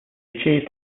achieved